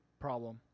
problem